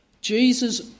Jesus